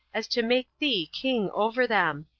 as to make thee king over them.